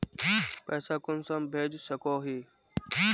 पैसा कुंसम भेज सकोही?